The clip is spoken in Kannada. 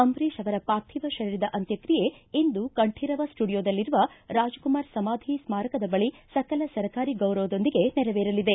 ಅಂಬರೀಶ್ ಅವರ ಪಾರ್ಥಿವ ಶರೀರದ ಅಂತ್ಯಕ್ಷಿಯೆ ಇಂದು ಕಂಠೀರವ ಸ್ಟುಡಿಯೋದಲ್ಲಿರುವ ರಾಜ್ಕುಮಾರ ಸಮಾಧಿ ಸಾರಕದ ಬಳಿ ಸಕಲ ಸರ್ಕಾರಿ ಗೌರವದೊಂದಿಗೆ ನೆರವೇರಲಿದೆ